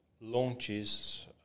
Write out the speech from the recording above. launches